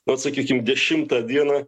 vat sakykim dešimtą dieną